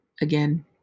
again